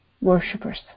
worshippers